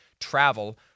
travel